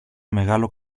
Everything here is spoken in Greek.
μεγάλο